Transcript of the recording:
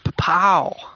Pow